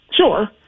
Sure